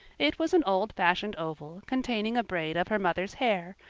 it was an old-fashioned oval, containing a braid of her mother's hair,